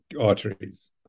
arteries